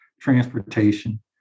transportation